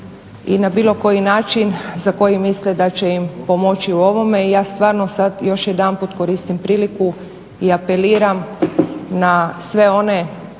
i na bilo koji način za koji misle da će im pomoći u ovome i ja stvarno sad još jedanput koristim priliku i apeliram na sve one